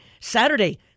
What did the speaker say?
saturday